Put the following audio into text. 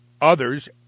others